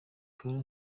colonel